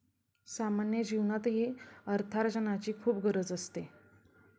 सामान्य जीवनातही अर्थार्जनाची खूप गरज असते